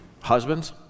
Husbands